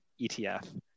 ETF